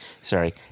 sorry